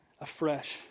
afresh